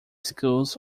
schools